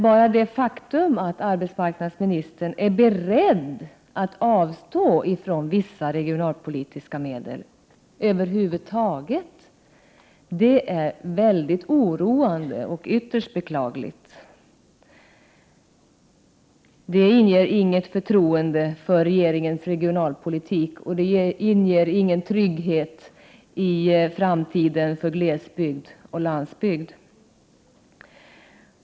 Bara det faktum att arbetsmarknadsministern är beredd att över huvud taget avstå från vissa regionalpolitiska medel är mycket oroande och ytterst beklagligt. Det inger inte något förtroende för regeringens regionalpolitik och inte heller någon trygghet inför framtiden när det gäller glesbygd och landsbygd.